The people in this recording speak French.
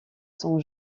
sont